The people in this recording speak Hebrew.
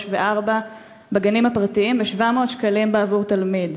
וארבע בגנים הפרטיים ב-700 שקלים בעבור תלמיד,